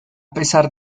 pesar